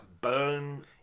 burn